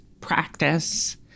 practice